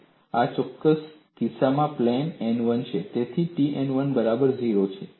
આ ચોક્કસ કિસ્સામાં પ્લેન n 1 છે તેથી T n 1 બરાબર 0